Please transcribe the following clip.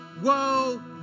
whoa